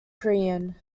korean